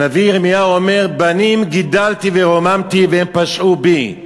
הנביא ירמיהו אומר: בנים גידלתי ורוממתי והם פשעו בי.